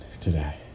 today